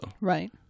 Right